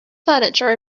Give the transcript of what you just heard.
furniture